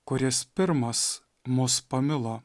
kuris pirmas mus pamilo